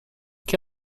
che